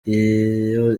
iyo